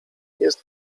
jest